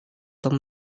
tom